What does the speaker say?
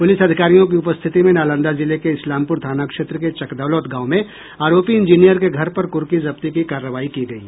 police अधिकारियों की उपस्थिति में नालंदा जिले के इस्लामपुर थाना क्षेत्र के चकदौलत गांव में आरोपी इंजीनियर के घर पर कुर्की जब्ती की कार्रवाई की गयी